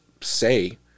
say